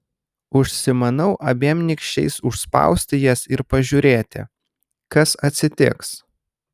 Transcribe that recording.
užsimanau abiem nykščiais užspausti jas ir pažiūrėti kas atsitiks